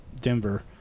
Denver